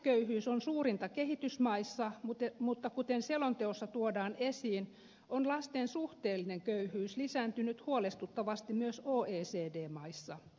lapsiköyhyys on suurinta kehitysmaissa mutta kuten selonteossa tuodaan esiin on lasten suhteellinen köyhyys lisääntynyt huolestuttavasti myös oecd maissa